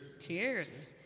Cheers